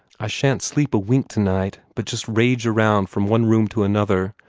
i shan't sleep a wink tonight, but just rage around from one room to another,